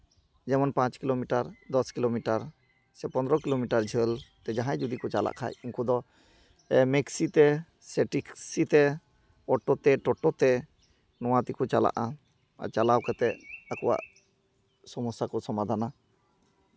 ᱡᱮᱢᱚᱱ ᱯᱟᱸᱪ ᱠᱤᱞᱳᱢᱤᱴᱟᱨ ᱫᱚᱥ ᱠᱤᱞᱳᱢᱤᱴᱟᱨ ᱥᱮ ᱯᱚᱸᱫᱽᱨᱚ ᱠᱤᱞᱳᱢᱤᱴᱟᱨ ᱡᱷᱟᱹᱞ ᱛᱮ ᱡᱟᱦᱟᱸᱭ ᱡᱩᱫᱤ ᱠᱚ ᱪᱟᱞᱟᱜ ᱠᱷᱟᱱ ᱩᱝᱠᱩ ᱫᱚ ᱢᱮᱠᱥᱤ ᱛᱮ ᱥᱮ ᱴᱮᱠᱥᱤ ᱛᱮ ᱚᱴᱳ ᱛᱮ ᱴᱳᱴᱳ ᱛᱮ ᱱᱚᱣᱟ ᱛᱮᱠᱚ ᱪᱟᱞᱟᱜᱼᱟ ᱟᱨ ᱪᱟᱞᱟᱣ ᱠᱟᱛᱮᱫ ᱟᱠᱚᱣᱟᱜ ᱥᱚᱢᱚᱥᱥᱟ ᱠᱚ ᱥᱚᱢᱟᱫᱷᱟᱱᱟ